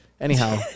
Anyhow